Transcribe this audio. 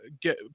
get